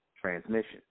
transmission